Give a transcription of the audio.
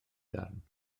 darn